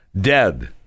Dead